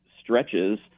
stretches